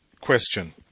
question